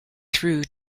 through